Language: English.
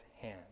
hand